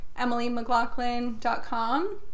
emilymclaughlin.com